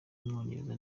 w’umwongereza